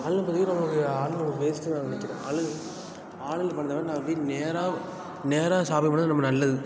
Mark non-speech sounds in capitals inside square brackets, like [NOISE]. online பார்த்திங்கன்னா நம்மளுக்கு online ஒரு வேஸ்ட்டு தான் நான் [UNINTELLIGIBLE] ஆன்லைன் ஆன்லைன்ல பண்ணுறத விட நம்ம போய் நேராக நேராக ஷாப்பிங் போனால் ரொம்ப நல்லது